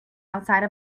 outside